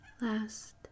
last